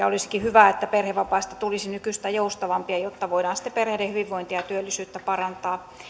olisikin hyvä että perhevapaista tulisi nykyistä joustavampia jotta voidaan sitten perheiden hyvinvointia ja työllisyyttä parantaa